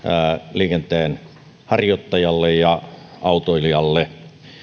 liikenteenharjoittajalle ja autoilijalle